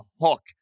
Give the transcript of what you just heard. hook